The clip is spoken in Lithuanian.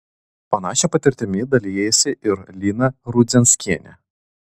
panašia patirtimi dalijasi ir lina rudzianskienė